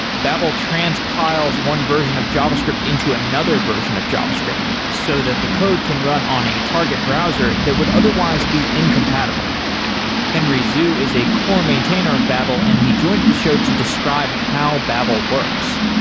babel transpiles one version of javascript into another version of javascript, so that the code can run on a target browser that would otherwise be incompatible henry zhu is a core maintainer of babel and he joins the show to describe how babel works.